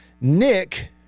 Nick